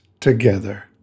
together